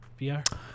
VR